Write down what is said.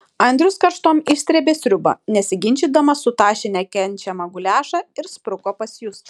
andrius karštom išsrėbė sriubą nesiginčydamas sutašė nekenčiamą guliašą ir spruko pas justą